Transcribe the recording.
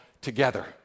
together